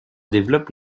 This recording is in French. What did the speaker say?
développe